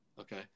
okay